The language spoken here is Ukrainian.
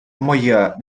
моя